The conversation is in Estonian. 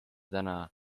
täna